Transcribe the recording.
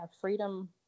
freedom